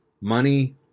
Money